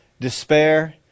despair